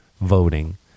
voting